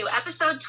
Episode